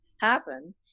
happen